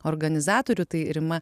organizatorių tai rima